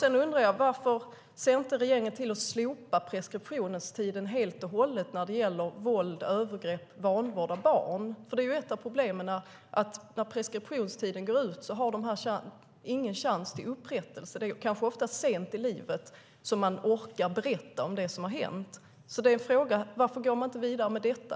Sedan undrar jag varför regeringen inte slopar preskriptionstiden helt och hållet när det gäller våld, övergrepp och vanvård av barn. Ett av problemen är ju att när preskriptionstiden går ut har offren ingen chans till upprättelse. Det är ofta sent i livet som man orkar berätta om det som har hänt. Min fråga är alltså: Varför går man inte vidare med detta?